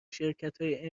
شرکتهای